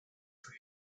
for